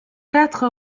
quatre